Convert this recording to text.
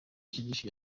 cyigisha